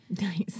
Nice